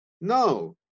no